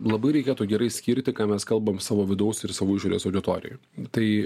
labai reikėtų gerai skirti ką mes kalbam savo vidaus ir savo išorės auditorijoj tai